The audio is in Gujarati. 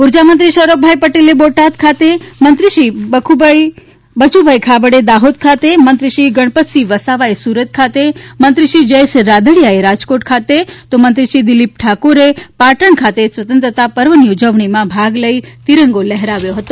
ઉર્જામંત્રી સૌરભભાઇ પટેલે બોટાદ ખાતે મંત્રી શ્રી બચુભાઇ ખાબડે દાહોદ ખાતે મંત્રી શ્રી ગમપતસિંહ વસાવાએ સુરત ખાતે મંત્રીશ્રી જયેશ રાદડીયાએ રાજકોટ ખાતે તો મંત્રી શ્રી દિલીપકુમાર ઠાકોરે પાટણ ખાતે સ્વતંત્રતા પર્વની ઉજવણીમાં ભાગ લઇ તિરંગો લહેરાવ્યો હતો